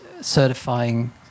certifying